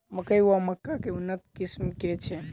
मकई वा मक्का केँ उन्नत किसिम केँ छैय?